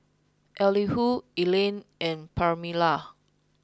Elihu Evelyne and Permelia